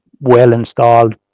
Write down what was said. well-installed